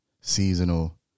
seasonal